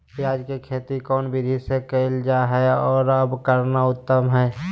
प्याज के खेती कौन विधि से कैल जा है, और कब करना उत्तम है?